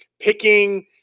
picking